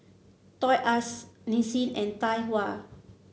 Toys R Us Nissin and Tai Hua